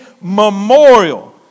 memorial